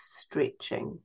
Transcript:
stretching